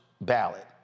ballot